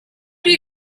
you